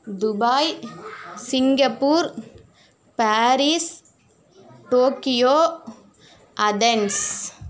Dubai Singapore Paris Tokyo Athens